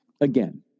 again